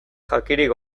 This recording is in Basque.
jakirik